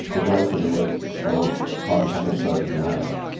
the greater the risk of heart attack and stroke as an adult.